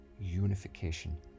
unification